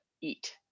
eat